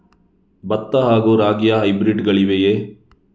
ಭತ್ತ ಹಾಗೂ ರಾಗಿಯ ಹೈಬ್ರಿಡ್ ಗಳಿವೆಯೇ?